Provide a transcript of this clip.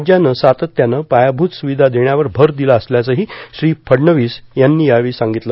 राज्यानं सातत्यानं पायाभूत सुविधा देण्यावर भर दिला असल्याचंही श्री फडणवीस यांनी यावेळी सांगितलं